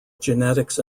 genetics